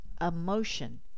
emotion